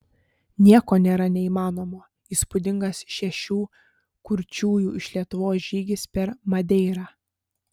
nieko nėra neįmanomo įspūdingas šešių kurčiųjų iš lietuvos žygis per madeirą